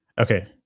Okay